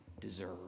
deserve